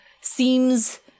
seems